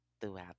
throughout